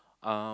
um